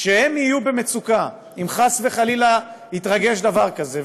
כשהם יהיו במצוקה אם חס וחלילה יתרגש עליהם דבר כזה,